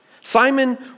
Simon